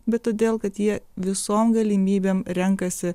bet todėl kad jie visom galimybėm renkasi